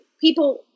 people